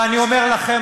ואני אומר לכם,